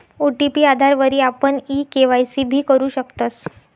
OTP आधारवरी आपण e KYC भी करु शकतस